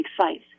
sites